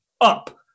Up